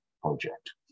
project